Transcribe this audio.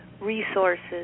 resources